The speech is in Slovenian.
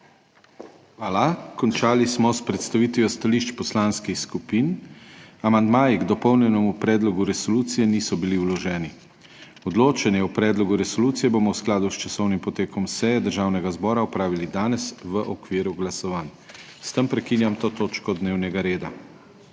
Hvala. Končali smo s predstavitvijo stališč poslanskih skupin. Amandmaji k dopolnjenemu predlogu resolucije niso bili vloženi. Odločanje o predlogu resolucije bomo v skladu s časovnim potekom seje Državnega zbora opravili danes v okviru glasovanj. S tem prekinjam to točko dnevnega reda.